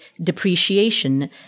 depreciation